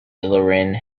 illyrian